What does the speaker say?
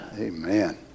Amen